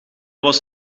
was